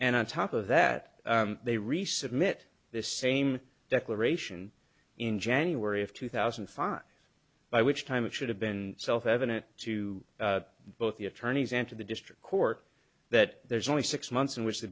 and on top of that they resubmit the same declaration in january of two thousand and five by which time it should have been self evident to both the attorneys and to the district court that there's only six months in which the